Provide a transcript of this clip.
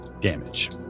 damage